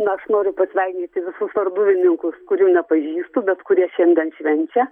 na aš noriu pasveikinti visus varduvininkus kurių nepažįstu bet kurie šiandien švenčia